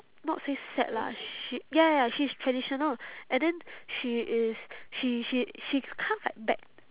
not say sad lah she ya ya ya she's traditional and then she is she she she kind of like bad